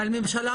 הממשלה,